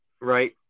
Right